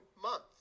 month